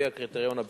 לפי הקריטריון הבסיסי,